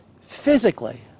physically